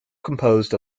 composed